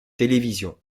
télévision